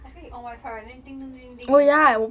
I scared you on WI_FI right then eh